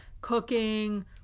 cooking